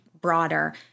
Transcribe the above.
broader